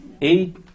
eight